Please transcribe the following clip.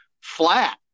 flat